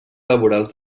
laborals